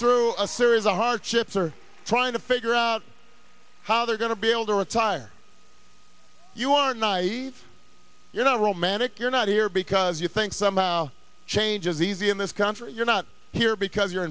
through a series of hardships or trying to figure out how they're going to be able to retire you are naive you're not romantic you're not here because you think somehow change is easy in this country you're not here because you're